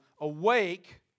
awake